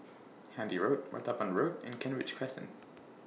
Handy Road Martaban Road and Kent Ridge Crescent